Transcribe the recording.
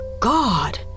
God